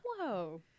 whoa